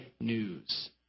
news